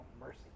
mercy